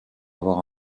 avoir